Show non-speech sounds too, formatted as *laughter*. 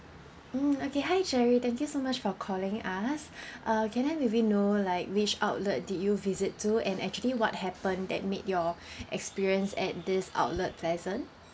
mm okay hi jerry thank you so much for calling us *breath* uh can I maybe know like which outlet did you visit to and actually what happened that made your *breath* experience at this outlet pleasant